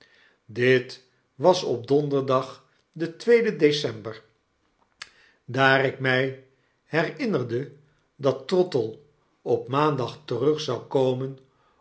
dit was op donderdag den tweeden december daar ik mfl herinnerde dat trottle op maandag terug zou komen